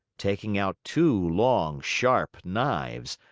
taking out two long, sharp knives,